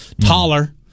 Taller